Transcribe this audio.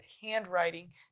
handwriting